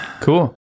Cool